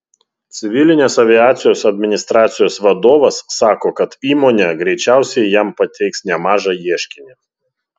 civilinės aviacijos administracijos vadovas sako kad įmonė greičiausiai jam pateiks nemažą ieškinį